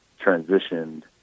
transitioned